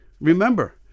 Remember